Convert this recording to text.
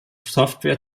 software